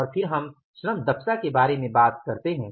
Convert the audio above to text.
और फिर हम श्रम दक्षता के बारे में बात करते हैं